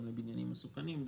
גם לעניין בניינים מסוכנים,